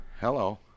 hello